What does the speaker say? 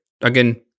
Again